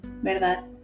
¿verdad